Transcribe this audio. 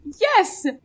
Yes